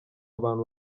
abantu